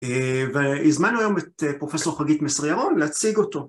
והזמנו היום את פרופסור חגית מסר ירון להציג אותו.